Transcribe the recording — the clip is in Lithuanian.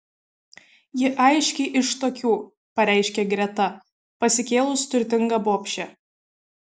ji aiškiai iš tokių pareiškė greta pasikėlus turtinga bobšė